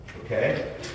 Okay